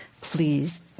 please